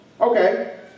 Okay